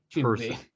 person